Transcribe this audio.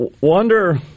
wonder